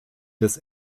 des